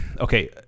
okay